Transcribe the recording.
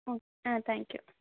ஓ ஆ thank you